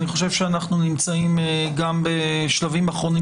אני חושב שכאשר אנחנו נמצאים בשלבים אחרונים